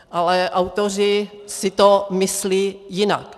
Ale autoři si to myslí jinak.